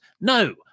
No